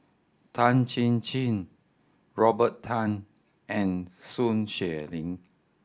Tan Chin Chin Robert Tan and Sun Xueling